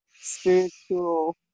spiritual